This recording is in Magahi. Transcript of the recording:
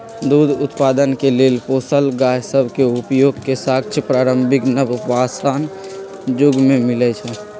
दूध उत्पादन के लेल पोसल गाय सभ के उपयोग के साक्ष्य प्रारंभिक नवपाषाण जुग में मिलइ छै